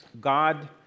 God